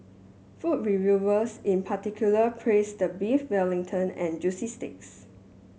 food reviewers in particular praised the Beef Wellington and juicy steaks